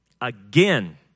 Again